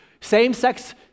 same-sex